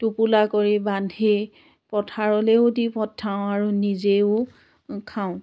টোপোলা কৰি বান্ধি পথাৰলৈও দি পঠাওঁ আৰু নিজেও খাওঁ